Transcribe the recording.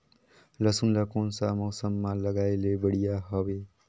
लसुन ला कोन सा मौसम मां लगाय ले बढ़िया हवे?